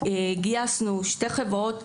גייסנו שתי חברות,